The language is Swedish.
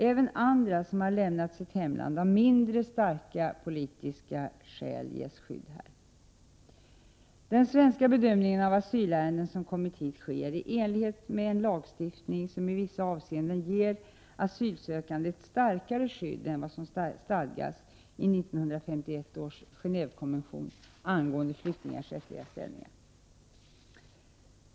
Även andra som har lämnat sitt hemland av mindre starka politiska skäl ges skydd här. Den svenska bedömningen av asylsökande som har kommit hit sker i enlighet med en lagstiftning som i vissa avseenden ger asylsökande ett starkare skydd än vad som stadgas i 1951 års Gen&vekonvention angående flyktingars rättsliga ställning.